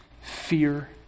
fear